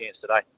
today